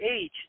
age